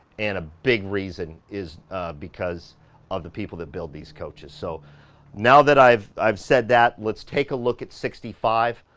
and a big reason is because of the people that build these coaches. so now that i've i've said that let's take a look at sixty five.